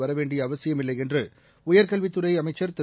வரவேண்டிய அவசியமில்லை என்று உயர்கல்வித்துறை திரு